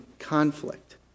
conflict